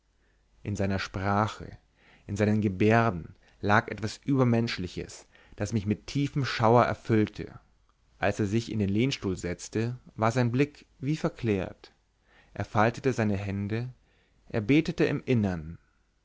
in seiner sprache in seinen gebärden lag etwas übermenschliches das mich mit tiefem schauer erfüllte als er sich in den lehnstuhl setzte war sein blick wie verklärt er faltete seine hände er betete im innern